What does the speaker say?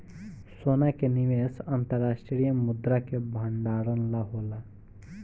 सोना के निवेश अंतर्राष्ट्रीय मुद्रा के भंडारण ला होला